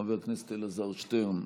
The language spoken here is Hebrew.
חבר הכנסת אלעזר שטרן,